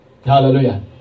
Hallelujah